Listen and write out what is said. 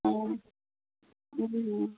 অঁ